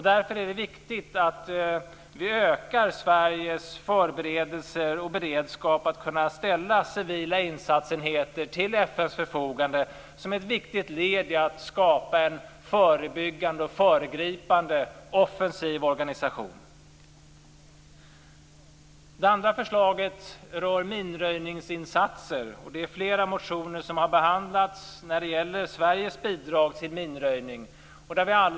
Därför är det viktigt att vi ökar Sveriges förberedelser och beredskap att kunna ställa civila insatsenheter till FN:s förfogande som ett viktigt led i att skapa en förebyggande och föregripande offensiv organisation. Det andra förslaget rör minröjningsinsatser. Flera motioner som gäller Sveriges bidrag till minröjning har behandlats.